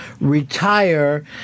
retire